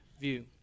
view